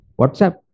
WhatsApp